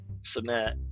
submit